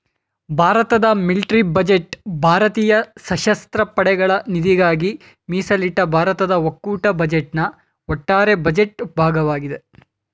ಭಾರತದ military budget ಭಾರತೀಯ ಸಶಸ್ತ್ರ ಪಡೆಗಳ ನಿಧಿಗಾಗಿ ಮೀಸಲಿಟ್ಟ ಭಾರತದ ಒಕ್ಕೂಟ ಬಜೆಟ್ನ ಒಟ್ಟಾರೆ ಬಜೆಟ್ ಭಾಗವಾಗಿದೆ